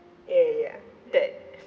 ya ya ya that